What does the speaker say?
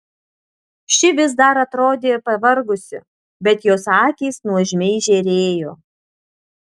ši vis dar atrodė pavargusi bet jos akys nuožmiai žėrėjo